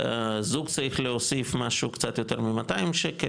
זוג צריך להוסיף משהו קצת יותר מ-200 שקל,